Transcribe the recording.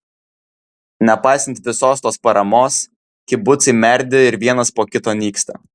nepaisant visos tos paramos kibucai merdi ir vienas po kito nyksta